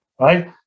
right